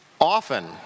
Often